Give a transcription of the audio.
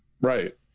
Right